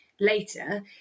later